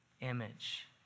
image